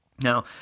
Now